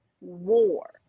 war